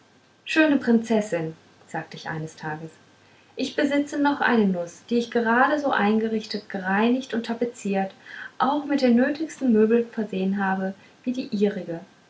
schöne prinzessin sagte ich eines tages ich besitze noch eine nutz die ich gerade so eingerichtet gereinigt und tapeziert auch mit den nötigsten möbeln versehen habe wie die ihrige